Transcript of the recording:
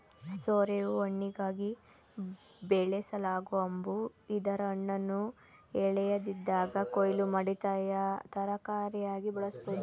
ಸೋರೆಯು ಹಣ್ಣಿಗಾಗಿ ಬೆಳೆಸಲಾಗೊ ಹಂಬು ಇದರ ಹಣ್ಣನ್ನು ಎಳೆಯದಿದ್ದಾಗ ಕೊಯ್ಲು ಮಾಡಿ ತರಕಾರಿಯಾಗಿ ಬಳಸ್ಬೋದು